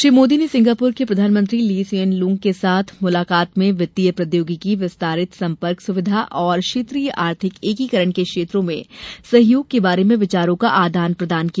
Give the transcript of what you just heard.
श्री मोदी ने सिंगापुर के प्रधानमंत्री ली सिएन लुंग के साथ मुलाकात में वित्तीय प्रौद्योगिकी विस्तारित संपर्क सुविधा और क्षेत्रीय आर्थिक एकीकरण के क्षेत्रों में सहयोग के बारे में विचारों का आदान प्रदान किया